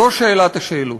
זאת שאלת השאלות,